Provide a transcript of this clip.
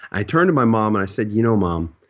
i turn to my mom and i said, you know mom,